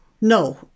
no